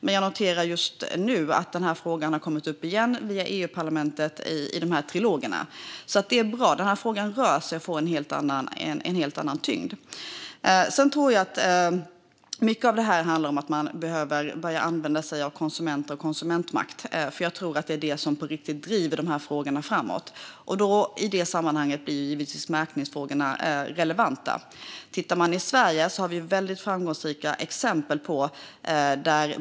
Men jag noterar just nu att frågan har kommit upp igen via EU-parlamentet i trilogerna. Det är bra. Frågan rör sig och får en helt annan tyngd. Sedan tror jag att mycket av detta handlar om att man behöver börja använda sig av konsumenter och konsumentmakt. Jag tror att det är det som på riktigt driver dessa frågor framåt. I det sammanhanget blir givetvis märkningsfrågorna relevanta. I Sverige har vi väldigt framgångsrika exempel.